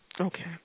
Okay